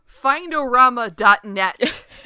findorama.net